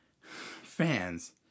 fans